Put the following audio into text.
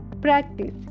Practice